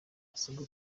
basabwe